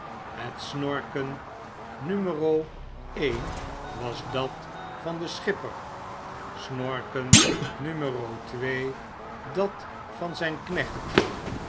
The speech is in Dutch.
het snorken numero een was dat van den schipper snorken numero twee dat van den knecht